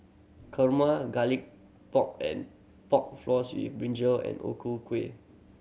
kurma Garlic Pork and Pork Floss with brinjal and O Ku Kueh